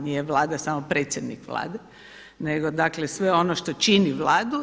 Nije Vlada samo predsjednik Vlade, nego dakle sve ono što čini Vladu.